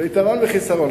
זה יתרון וחיסרון.